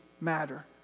matter